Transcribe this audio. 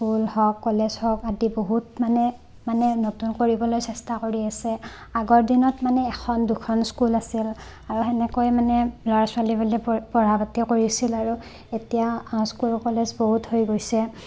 school হওক college হওক আদি বহুত মানে মানে নতুন কৰিবলৈ চেষ্টা কৰি আছে আগৰ দিনত মানে এখন দুখন স্কুল আছিল আৰু সেনেকৈমানে ল'ৰা ছোৱালীবিলাকে প পঢ়া পাতিও কৰিছিল আৰু এতিয়া স্কুল কলেজ বহুত হৈ গৈছে